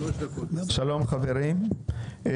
שלום חברים,